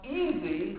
easy